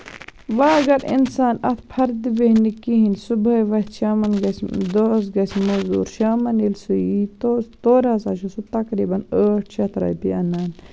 وۄنۍ اَگر اِنسان اَتھ فردِ بیہہِ نہٕ کِہینۍ صُبحٲے وَتھِ شامَن گژھِ دۄہَس گژھِ موزوٗر شامَن ییٚلہِ سُہ ییہِ تہٕ تورٕ ہسا چھُ سُہ تَقرییٖبَن ٲٹھ شَتھ رۄپییہِ اَنان